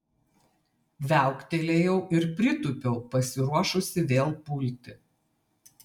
viauktelėjau ir pritūpiau pasiruošusi vėl pulti